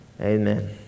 amen